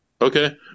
Okay